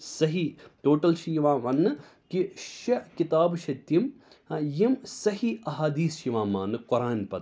صحیٖح ٹوٹَل چھِ یِوان وَننہٕ کہِ شےٚ کِتابہٕ چھِ تِم ٲں یِم صحیٖح احادیٖث چھِ یِوان ماننہٕ قۅرآن پَتہٕ